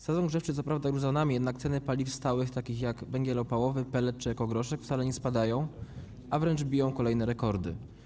Sezon grzewczy co prawda już za nami, jednak ceny paliw stałych takich jak węgiel opałowy, pelet czy ekogroszek wcale nie spadają, a wręcz biją kolejne rekordy.